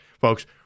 Folks